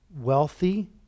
wealthy